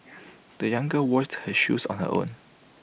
the young girl washed her shoes on her own